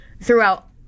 throughout